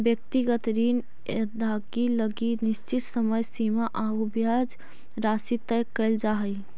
व्यक्तिगत ऋण अदाएगी लगी निश्चित समय सीमा आउ ब्याज राशि तय कैल जा हइ